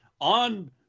on